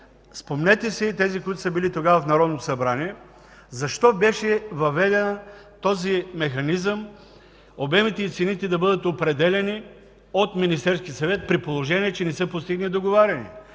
спомнете си – тези, които са били тогава в Народното събрание, защо беше въведен механизмът обемите и цените да бъдат определяни от Министерския съвет, при положение че не се постигне договаряне?